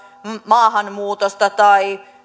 maahanmuutosta tai